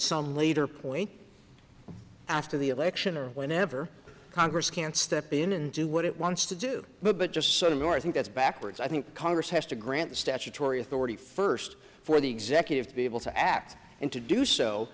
some later point after the election or whenever congress can step in and do what it wants to do but just sort of more think that's backwards i think congress has to grant the statutory authority first for the executive to be able to act and to do s